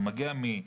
זה מגיע מן